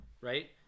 right